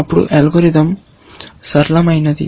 అప్పుడు అల్గోరిథం సరళమైనది